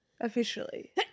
Officially